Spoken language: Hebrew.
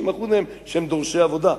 90% מהם שהם דורשי עבודה,